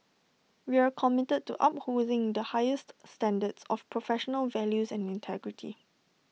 we are committed to upholding the highest standards of professional values and integrity